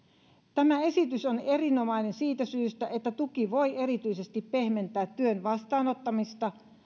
tämä esitys on erinomainen siitä syystä että tuki voi erityisesti pehmentää työn vastaanottamista